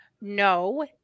no